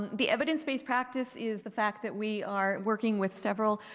the evidence-based practice is the fact that we are working with several